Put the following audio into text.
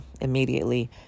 immediately